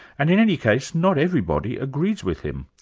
and in any case, not everybody agrees with him.